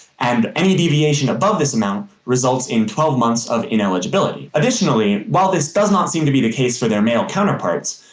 and any deviation above this amount resulting in twelve months of ineligibility. additionally, while this does not seem to be the case for their male counterparts,